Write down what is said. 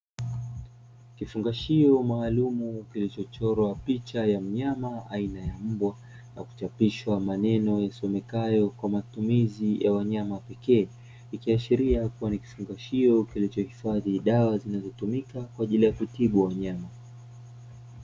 Kifungashio maalumu kilichochorwa picha ya mnyama aina ya mbwa, na kuchapishwa maneno yasomekayo “kwa matumizi ya wanyama pekee”. Ikiashiria kuwa ni kifungashio kinachohifadhi dawa zinazotumika kwa ajili ya kutibu wanyama.